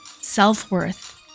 self-worth